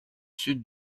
sud